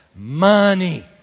money